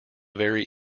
very